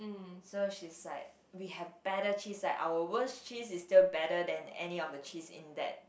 so she's like we have better cheese like our worst cheese is still better than any of the cheese in that